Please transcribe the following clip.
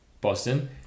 Boston